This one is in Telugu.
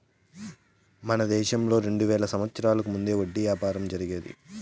మన దేశంలో రెండు వేల సంవత్సరాలకు ముందే వడ్డీ వ్యాపారం జరిగేది